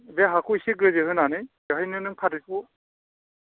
बे हाखौ एसे गोजो होनानै बेहायनो नों फाथैखौ